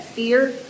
Fear